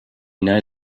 know